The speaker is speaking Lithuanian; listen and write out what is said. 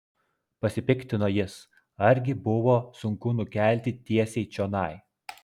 pasipiktino jis argi buvo sunku nukelti tiesiai čionai